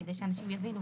כדי שאנשים יבינו,